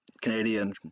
Canadian